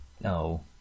No